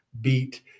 beat